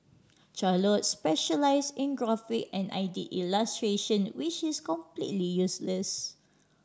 Charlotte specialise in graphic and I did illustration which is completely useless